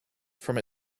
from